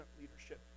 leadership